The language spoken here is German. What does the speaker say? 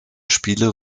spiele